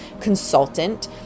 consultant